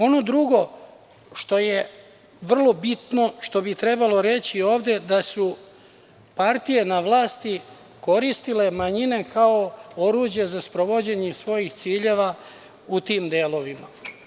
Ono drugo što je vrlo bitno, što bi trebalo reći ovde je da su partije na vlasti koristile manjine kao oruđe za sprovođenje svojih ciljeva u tim delovima.